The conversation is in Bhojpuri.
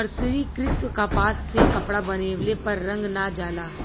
मर्सरीकृत कपास से कपड़ा बनवले पर रंग ना जाला